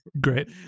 Great